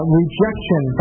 rejection